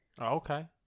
Okay